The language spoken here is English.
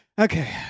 Okay